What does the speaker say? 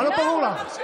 מה לא ברור לך?